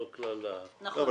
לא כלל --- לא,